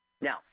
Now